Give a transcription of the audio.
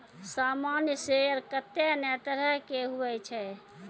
सामान्य शेयर कत्ते ने तरह के हुवै छै